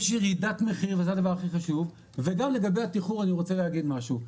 יש ירידת מחיר וזה הדבר הכי חשוב וגם לגבי התיחור אני רוצה להגיד משהו,